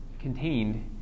contained